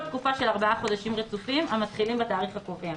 תקופה של ארבעה חודשים רצופים המתחילים בתאריך הקובע.